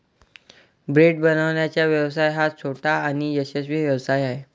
bread बनवण्याचा व्यवसाय हा छोटा आणि यशस्वी व्यवसाय आहे